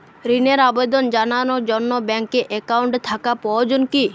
ঋণের আবেদন জানানোর জন্য ব্যাঙ্কে অ্যাকাউন্ট থাকা প্রয়োজন কী?